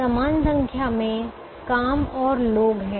समान संख्या में काम और लोग हैं